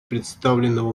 представленного